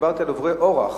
דיברתי על עוברי אורח